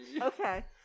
Okay